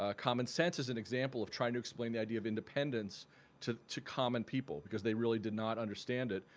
ah common sense is an example of trying to explain the idea of independence to to common people because they really did not understand it.